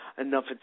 enough